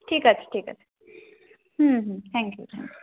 ঠিক আছে ঠিক আছে হুম হুম থ্যাঙ্ক ইউ থ্যাঙ্ক ইউ